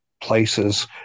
places